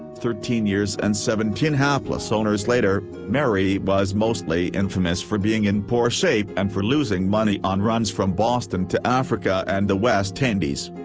thirteen years and seventeen hapless owners later, mary was mostly infamous for being in poor shape and for losing money on runs from boston to africa and the west indies.